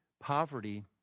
poverty